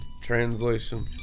translation